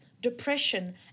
depression